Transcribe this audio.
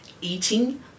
eating